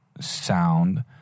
sound